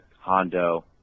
Hondo